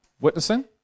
witnessing